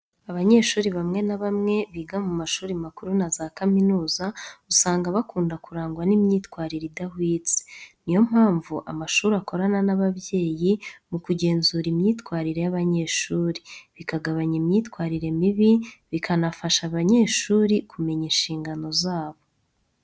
Abanyeshuri bamwe na bamwe biga mu mashuri makuru na za kaminuza, usanga bakunda kurangwa n'imyitwarire idahwitse. Niyo mpamvu amashuri akorana n'ababyeyi mu kugenzura imyitwarire y'abanyeshuri, bikagabanya imyitwarire mibi bikanafasha abanyeshuri kumenya inshingano zabo.